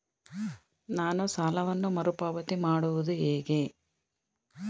ನಾನು ಸಾಲವನ್ನು ಮರುಪಾವತಿ ಮಾಡುವುದು ಹೇಗೆ?